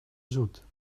zoet